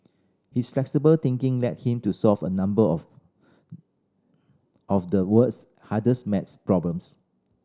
his flexible thinking led him to solve a number of of the world's hardest math problems